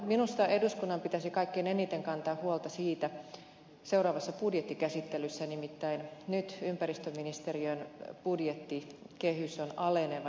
minusta eduskunnan pitäisi kaikkein eniten kantaa huolta siitä seuraavassa budjettikäsittelyssä että nyt ympäristöministeriön budjettikehys on aleneva